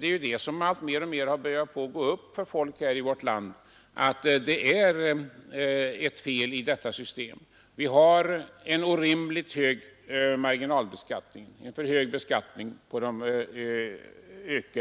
Det har också alltmer börjat gå upp för människor i vårt land att detta system är felaktigt. Vi har en orimligt hög marginalbeskattning, dvs. en för hög beskattning på